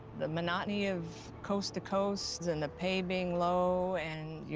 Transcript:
the monotony of coast to coast, and the pay being low, and, you